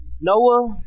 Noah